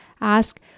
ask